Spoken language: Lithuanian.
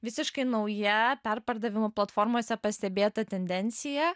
visiškai nauja perpardavimo platformose pastebėta tendencija